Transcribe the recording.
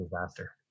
disaster